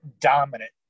dominant